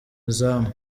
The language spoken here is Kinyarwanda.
izamu